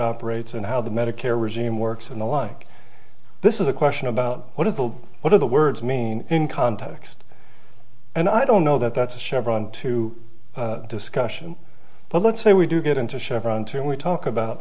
operates and how the medicare regime works and the like this is a question about what is the what are the words mean in context and i don't know that that's a chevron two discussion but let's say we do get into chevron two we talk about